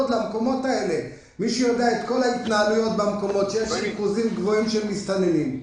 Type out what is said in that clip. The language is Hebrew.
למקומות בהם יש ריכוזים גדולים של מסתננים.